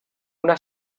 una